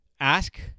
Ask